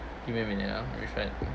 give me a minute ah